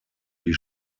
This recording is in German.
die